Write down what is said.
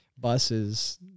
buses